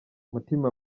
mutima